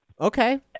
Okay